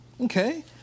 Okay